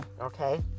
Okay